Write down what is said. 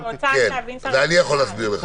אני יכול להסביר לך.